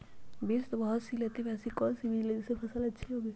बीज तो बहुत सी लेते हैं पर ऐसी कौन सी बिज जिससे फसल अच्छी होगी?